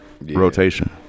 rotation